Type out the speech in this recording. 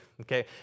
Okay